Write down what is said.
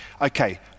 Okay